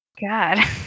God